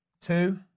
two